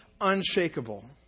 unshakable